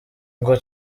ngo